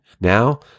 Now